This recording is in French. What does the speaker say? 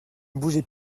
bougez